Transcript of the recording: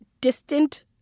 distant